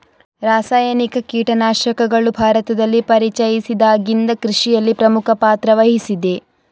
ರಾಸಾಯನಿಕ ಕೀಟನಾಶಕಗಳು ಭಾರತದಲ್ಲಿ ಪರಿಚಯಿಸಿದಾಗಿಂದ ಕೃಷಿಯಲ್ಲಿ ಪ್ರಮುಖ ಪಾತ್ರ ವಹಿಸಿದೆ